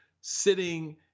sitting